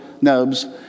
nubs